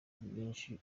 bwinshi